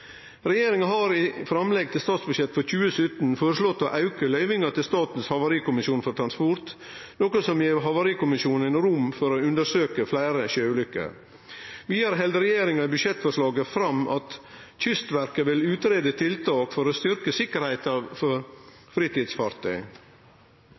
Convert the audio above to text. Regjeringa har i framlegget til statsbudsjett for 2017 føreslått å auke løyvinga til Statens havarikommisjon for transport, noko som gir havarikommisjonen rom for å undersøkje fleire sjøulykker. Vidare held regjeringa i budsjettforslaget fram at Kystverket vil utgreie tiltak for å styrkje sikkerheita for